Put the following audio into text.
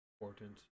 important